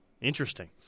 Interesting